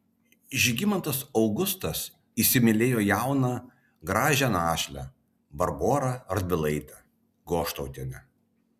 žygimantas augustas įsimylėjo jauną gražią našlę barborą radvilaitę goštautienę